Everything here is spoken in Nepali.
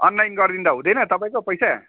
अनलाइन गरिदिँदा हुँदैन तपाईँको पैसा